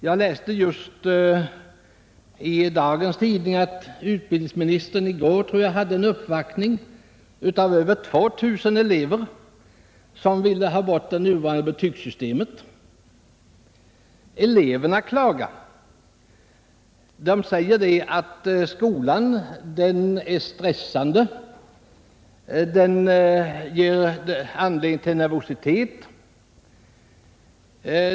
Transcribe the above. Jag läste just i dagens tidning att utbildningsministern i går hade en uppvaktning av över 2 000 elever, som ville ha bort det nuvarande betygssystemet. Eleverna klagar och säger att skolarbetet är stressande och ger upphov till nervositet.